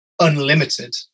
unlimited